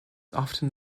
often